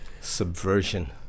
Subversion